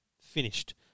finished